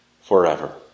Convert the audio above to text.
forever